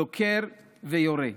דוקר ויורה.